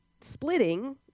splitting